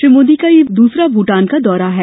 श्री मोदी का यह द्सरा भूटान दौरा है